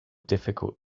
difficult